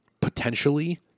potentially